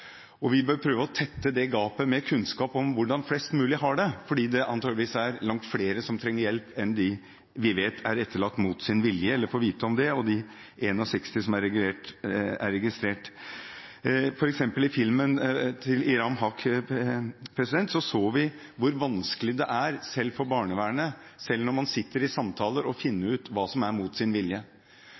utenriksstasjoner. Vi bør prøve å tette det gapet med kunnskap om hvordan flest mulig har det, fordi det antakeligvis er langt flere som trenger hjelp enn dem vi får vite om er etterlatt mot sin vilje, og de 61 som er registrert. For eksempel i filmen til Iram Haq så vi hvor vanskelig det er selv for barnevernet, selv når man sitter i samtaler, å finne ut hva som er «mot sin vilje».